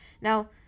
Now